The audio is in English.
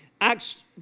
Acts